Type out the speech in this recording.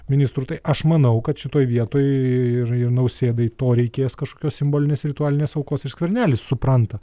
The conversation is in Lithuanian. ministrų tai aš manau kad šitoj vietoj ir ir nausėdai to reikės kažkokios simbolinės ritualinės aukos iš skvernelis supranta